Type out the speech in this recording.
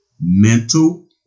mental